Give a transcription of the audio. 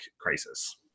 crisis